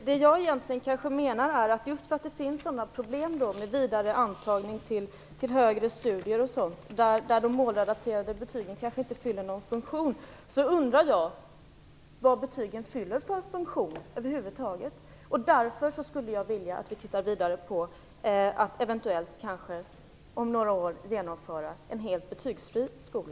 Fru talman! Just på grund av att det finns problem vid vidare antagning till högre studier, där de målrelaterade betygen inte fyller någon funktion, undrar jag vilken funktion betygen fyller över huvud taget. Därför skulle jag vilja att vi tittar vidare på frågan om vi om några år eventuellt kan genomföra en helt betygsfri skola.